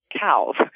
cows